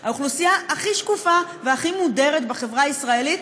היא האוכלוסייה הכי שקופה והכי מודרת בחברה הישראלית,